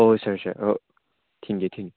ꯍꯣꯏ ꯍꯣꯏ sir sir ꯑꯥ ꯊꯤꯟꯒꯦ ꯊꯤꯟꯒꯦ